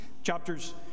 Chapters